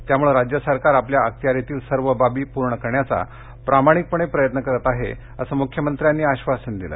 त्यामुळे राज्य सरकार आपल्या अखत्यारितील सर्व बाबी पूर्ण करण्याचा प्रामाणिकपणे प्रयत्न करीत आहे असं मुख्यमंत्र्यांनी आश्वासन दिलं